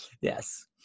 Yes